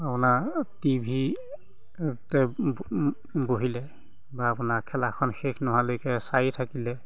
আপোনাৰ TV বহিলে বা আপোনাৰ খেলাখন শেষ নোহোৱালৈকে চাইয়েই থাকিলে